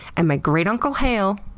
and my great uncle hale,